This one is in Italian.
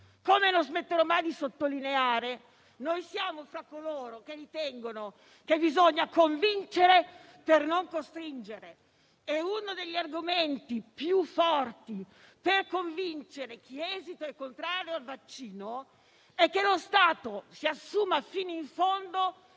come non smetterò mai di sottolineare, noi siamo tra coloro che ritengono che bisogna convincere per non costringere e uno degli argomenti più forti per convincere chi esita ed è contrario al vaccino è che lo Stato si assuma fino in fondo